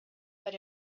but